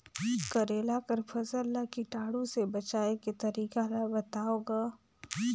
करेला कर फसल ल कीटाणु से बचाय के तरीका ला बताव ग?